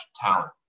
talent